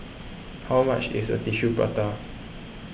how much is a Tissue Prata